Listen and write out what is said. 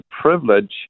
privilege